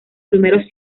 primeros